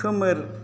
खोमोर